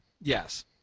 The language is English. Yes